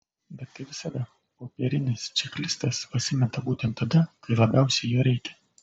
bet kaip visada popierinis čeklistas pasimeta būtent tada kai labiausiai jo reikia